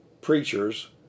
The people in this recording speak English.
preachers